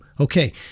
Okay